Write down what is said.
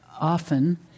often